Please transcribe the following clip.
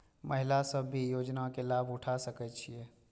महिला सब भी योजना के लाभ उठा सके छिईय?